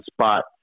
spot